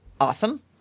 awesome